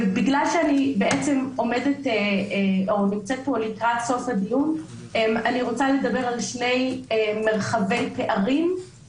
בגלל שאני נמצאת פה לקראת סוף הדיון אני רוצה לדבר על שני מרחבי פערים,